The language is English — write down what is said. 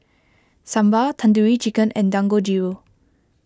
Sambar Tandoori Chicken and Dangojiru